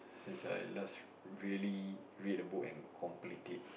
since I last really read a book and complete it